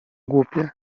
głupie